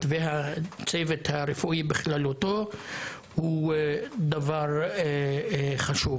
והצוות הרפואי בכללותו הוא דבר חשוב.